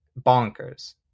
bonkers